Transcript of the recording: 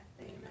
Amen